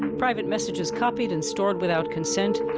private messages copied and stored without consent,